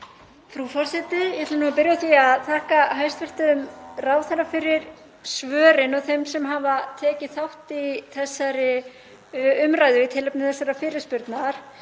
Frú forseti. Ég ætla að byrja á því að þakka hæstv. ráðherra fyrir svörin og þeim sem hafa tekið þátt í umræðu í tilefni þessarar fyrirspurnar.